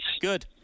Good